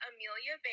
Amelia